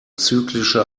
zyklische